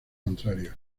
contrario